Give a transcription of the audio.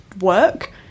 work